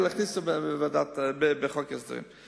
ולהכניס זאת בחוק ההסדרים.